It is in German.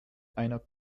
einer